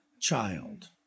child